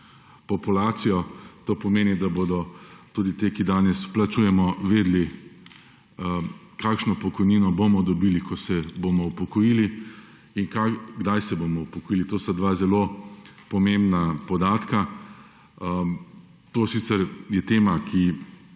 populacijo. To pomeni, da bomo tudi mi, ki danes vplačujemo, vedeli, kakšno pokojnino bomo dobili, ko se bomo upokojili, in kdaj se bomo upokojili. To sta dva zelo pomembna podatka. To sicer je tema, ki